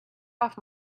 off